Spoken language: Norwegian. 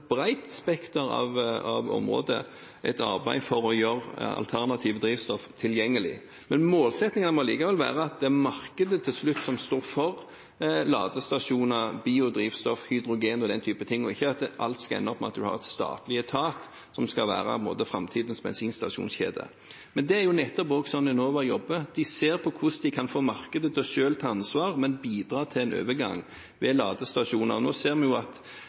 spekter av områder et arbeid for å gjøre alternative drivstoff tilgjengelige. Men målsettingen må likevel være at det er markedet som til slutt står for ladestasjoner, biodrivstoff, hydrogen og den typen ting – ikke at alt skal ende opp med at en har en statlig etat som på en måte skal være framtidens bensinstasjonskjede. Det er nettopp sånn Enova jobber: De ser på hvordan de kan få markedet selv til å ta ansvar, men de bidrar til en overgang, med f.eks. ladestasjoner. Vi ser